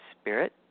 spirit